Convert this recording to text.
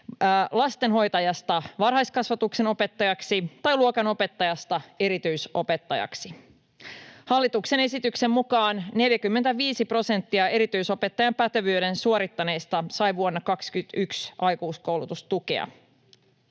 lastenhoitajasta varhaiskasvatuksen opettajaksi tai luokanopettajasta erityisopettajaksi. Hallituksen esityksen mukaan 45 prosenttia erityisopettajan pätevyyden suorittaneista sai vuonna 21 aikuiskoulutustukea.